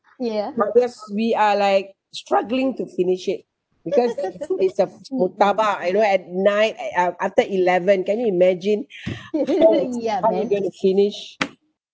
but we are we are like struggling to finish it because it's a murtabak you know at night e~ uh after eleven can you imagine how how we going to finish